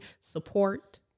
support